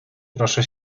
proszę